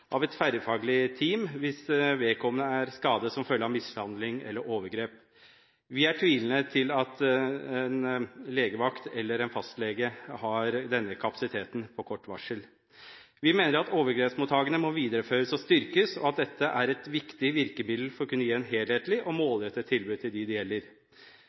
av et tverrfaglig team hvis vedkommende er skadet som følge av mishandling eller overgrep. Vi er tvilende til at en legevakt eller en fastlege har denne kapasiteten på kort varsel. Vi mener at overgrepsmottakene må videreføres og styrkes, og at dette er et viktig virkemiddel for å kunne gi et helhetlig og målrettet tilbud til dem det gjelder.